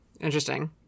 Interesting